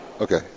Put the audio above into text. Okay